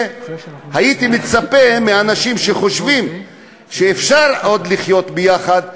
והייתי מצפה מאנשים שחושבים שאפשר עוד לחיות ביחד,